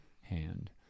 hand